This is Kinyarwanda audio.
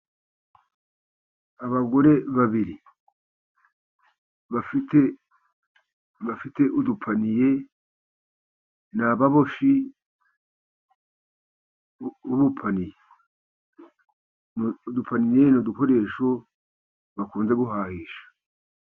Abagore babiri bafite udupaniye ni ababoshyi b'udupaniye. Udupapaniye ni udukoresho bakunze guhahisha.